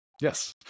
Yes